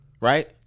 right